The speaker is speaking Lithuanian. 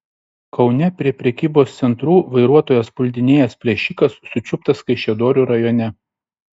kaune prie prekybos centrų vairuotojas puldinėjęs plėšikas sučiuptas kaišiadorių rajone